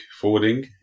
Forwarding